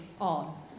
on